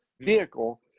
vehicle